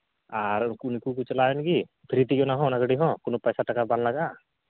ᱟᱨ ᱩᱱᱠᱩ ᱱᱩᱠᱩ ᱠᱚ ᱪᱟᱞᱟᱣᱮᱱ ᱜᱮ ᱯᱷᱨᱤᱛᱮ ᱚᱱᱟ ᱦᱚᱸ ᱚᱱᱟ ᱜᱟᱹᱰᱤ ᱦᱚᱸ ᱯᱚᱭᱥᱟ ᱴᱟᱠᱟ ᱵᱟᱝ ᱞᱟᱜᱟᱜᱼᱟ